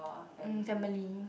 mm family